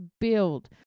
build